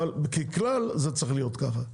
אבל ככלל זה צריך להיות ככה.